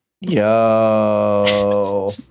Yo